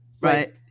Right